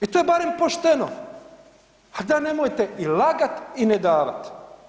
I to je barem pošteno, a da nemojte i lagat i ne davat.